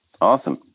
Awesome